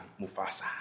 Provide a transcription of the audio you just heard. Mufasa